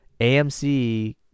AMC